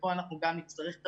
וכאן אנחנו נצטרך את